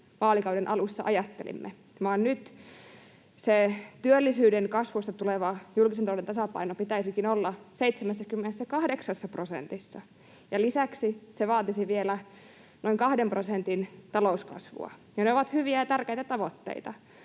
vaalikauden alussa ajattelimme, vaan nyt työllisyyden kasvusta tulevan julkisen talouden tasapainon pitäisikin olla 78 prosentissa, ja lisäksi se vaatisi vielä noin 2 prosentin talouskasvua. Ne ovat hyviä ja tärkeitä tavoitteita,